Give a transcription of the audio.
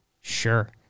Sure